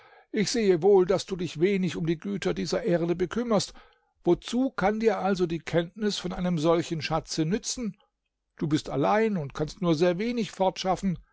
ich sehe wohl daß du dich wenig um die güter dieser erde bekümmerst wozu kann dir also die kenntnis von einem solchen schatze nützen du bist allein und kannst nur sehr wenig